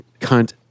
cunt